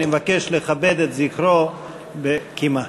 אני מבקש לכבד את זכרו בקימה.